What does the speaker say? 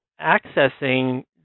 accessing